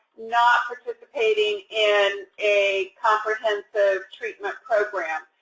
not participating in a comprehensive treatment program.